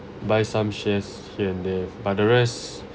buy some shares here and there but the rest